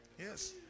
Yes